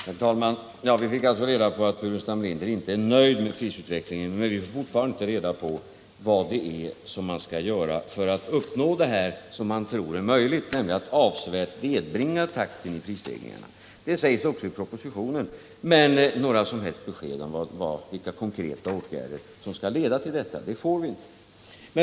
Herr talman! Vi fick alltså reda på att herr Burenstam Linder inte är nöjd med prisutvecklingen. Men vi har fortfarande inte fått reda på vad man skall göra för att uppnå det som Staffan Burenstam Linder tror är möjligt, nämligen att avsevärt nedbringa takten i prisstegringarna. Detta sägs också i propositionen, men några som helst besked om vilka konkreta åtgärder som skall leda till det får vi inte.